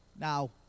Now